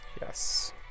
Yes